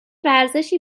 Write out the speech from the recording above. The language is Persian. ورزشی